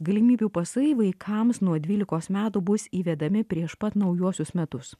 galimybių pasai vaikams nuo dvylikos metų bus įvedami prieš pat naujuosius metus